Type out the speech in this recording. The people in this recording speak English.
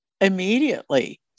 immediately